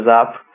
up